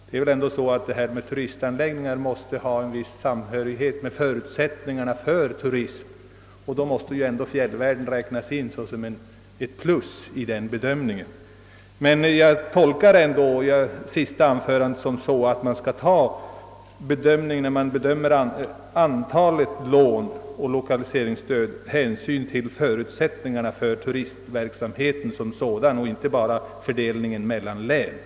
Bedömningen av stödet till turistanläggningar måste ha samband med förutsättningarna för turism och därvid måste fjällvärlden räknas som ett plus. Jag tolkar ändå statsrådets senaste anförande så, att man vid bedömningen av ansökningar om lån skall i första hand ta hänsyn till förutsättningarna för turistnäringen och inte till fördelningen mellan länen.